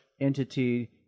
entity